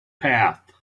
path